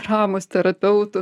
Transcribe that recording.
dramos terapeutų